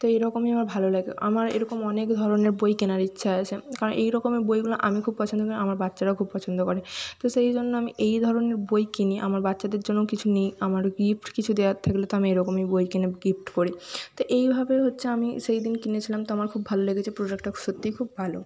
তো এরকমই আমার ভালো লাগে আমার এরকম অনেক ধরনের বই কেনার ইচ্ছা আছে কারণ এই রকমের বইগুলো আমি খুব পছন্দ করি আমার বাচ্চারাও খুব পছন্দ করে তো সেই জন্য আমি এই ধরনের বই কিনি আমার বাচ্চাদের জন্যও কিছু নিই আমার গিফট কিছু দেওয়ার থাকলে তো আমি এরকমই বই কিনে গিফট করি তো এইভাবে হচ্ছে আমি সেই দিন কিনেছিলাম তো আমার খুব ভালো লেগেছে প্রোডাক্টটা সত্যিই খুব ভালো